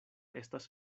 estas